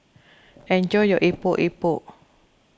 enjoy your Epok Epok